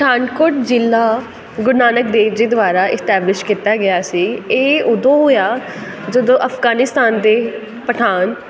ਪਠਾਨਕੋਟ ਜ਼ਿਲ੍ਹਾ ਗੁਰੂ ਨਾਨਕ ਦੇਵ ਜੀ ਦੁਆਰਾ ਇਸਟੈਬਲਿਸ਼ ਕੀਤਾ ਗਿਆ ਸੀ ਇਹ ਉਦੋਂ ਹੋਇਆ ਜਦੋਂ ਅਫਗਾਨਿਸਤਾਨ ਦੇ ਪਠਾਨ